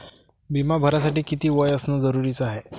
बिमा भरासाठी किती वय असनं जरुरीच हाय?